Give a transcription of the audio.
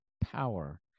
power